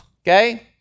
Okay